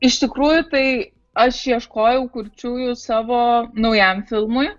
iš tikrųjų tai aš ieškojau kurčiųjų savo naujam filmui